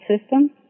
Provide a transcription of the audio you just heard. system